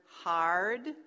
hard